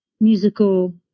musical